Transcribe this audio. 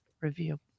review